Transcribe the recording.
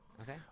Okay